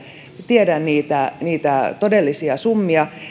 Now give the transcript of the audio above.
niitä niitä todellisia summia